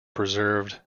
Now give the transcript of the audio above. preserved